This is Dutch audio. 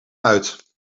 uit